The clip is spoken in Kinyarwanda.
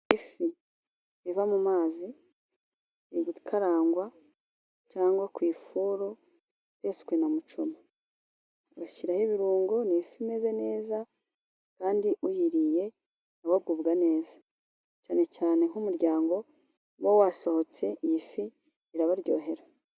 Ifi iva mu mazi iri gukarangwa cyangwa ku ifuru yaswe na mucoma, bashyiraho ibirungo ni ifi imeze neza kandi uyiriye nawe agubwa neza , cyane cyane nk'umuryango uba wasohotse iyi fi irabaryohera.